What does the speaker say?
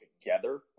together